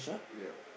ya